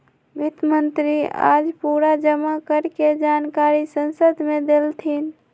वित्त मंत्री आज पूरा जमा कर के जानकारी संसद मे देलथिन